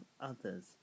others